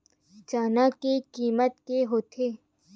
चना के किसम के होथे?